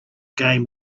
game